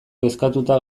kezkatuta